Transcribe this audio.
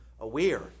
aware